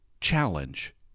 challenge